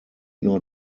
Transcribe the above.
not